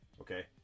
Okay